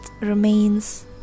remains